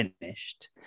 finished